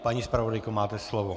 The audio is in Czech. Paní zpravodajko, máte slovo.